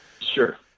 sure